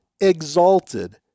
exalted